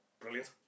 Brilliant